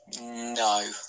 No